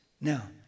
Now